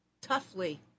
toughly